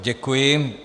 Děkuji.